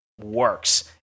works